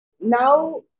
now